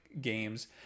games